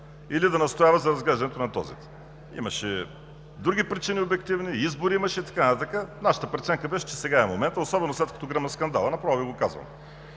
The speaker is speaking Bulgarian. или да настоява за разглеждането на този. Имаше други обективни причини – избори, и така нататък. Нашата преценка беше, че сега е моментът, особено след като гръмна скандалът. Направо Ви го казвам!